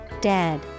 dead